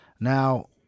Now